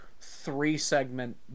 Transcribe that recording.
three-segment